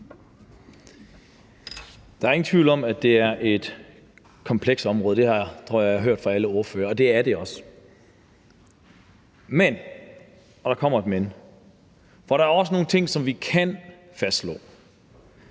Der er ingen tvivl om, at det er et komplekst område. Det har jeg, tror jeg, hørt fra alle ordførere, og det er det også. Men der kommer også et men, for der er også nogle ting, som vi kan fastslå.